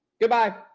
goodbye